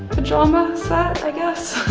pajama set i guess.